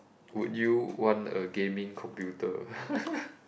would you want a gaming computer